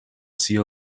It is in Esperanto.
sia